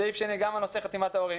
סעיף שני, גם הנושא של חתימת ההורים.